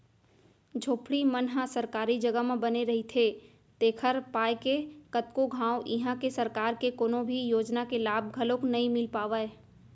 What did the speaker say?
झोपड़ी मन ह सरकारी जघा म बने रहिथे तेखर पाय के कतको घांव इहां के सरकार के कोनो भी योजना के लाभ घलोक नइ मिल पावय